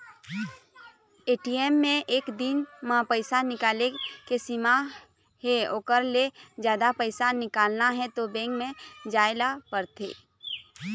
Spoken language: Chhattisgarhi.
ए.टी.एम म एक दिन म पइसा निकाले के सीमा हे ओखर ले जादा पइसा निकालना हे त बेंक म जाए ल परथे